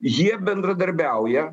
jie bendradarbiauja